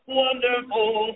wonderful